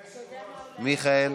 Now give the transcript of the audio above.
מיכאל?